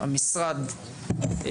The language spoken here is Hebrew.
המשרד,